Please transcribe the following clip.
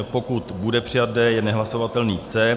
Pokud bude přijat D, je nehlasovatelný C.